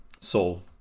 Soul